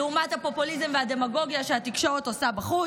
לעומת הפופוליזם והדמגוגיה שהתקשורת עושה בחוץ.